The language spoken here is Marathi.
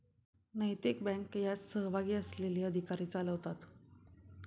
नैतिक बँक यात सहभागी असलेले अधिकारी चालवतात